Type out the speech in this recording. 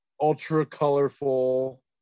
ultra-colorful